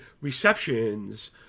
receptions